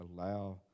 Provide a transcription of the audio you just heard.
allow